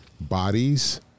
bodies